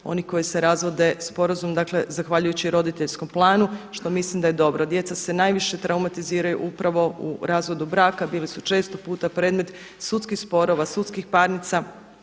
oni koji se razvode sporazumno, dakle zahvaljujući roditeljskom planu što mislim da je dobro. Djeca se najviše traumatiziraju upravo u razvodu braka, bili su često puta predmet sudskih sporova, sudskih parnica,